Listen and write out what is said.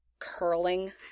Curling